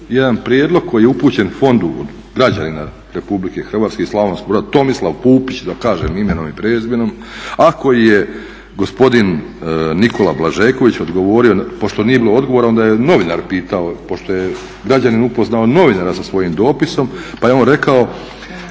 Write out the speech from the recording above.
jedan prijedlog koji je upućen fondu od građanina Republike Hrvatske iz Slavonskog Broda, Tomislav Pupić, da kažem imenom i prezimenom. Ako je gospodin Nikola Blažeković odgovorio, pošto nije bilo odgovora onda je novinar pitao, pošto je građanin upoznao novinara sa svojim dopisom pa je on rekao